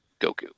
Goku